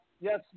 Yes